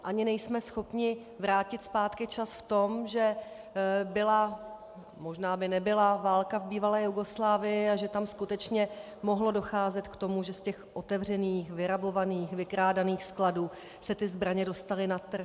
Ani nejsme schopni vrátit zpátky čas v tom, že byla... možná by nebyla válka v bývalé Jugoslávii, a že tam skutečně mohlo docházet k tomu, že z těch otevřených, vyrabovaných, vykrádaných skladů se ty zbraně dostaly na trh.